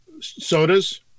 sodas